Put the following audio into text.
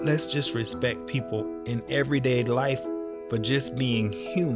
let's just respect people in everyday life but just being